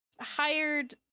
hired